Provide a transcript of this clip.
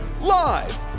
Live